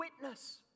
witness